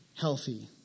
healthy